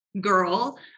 girl